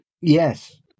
Yes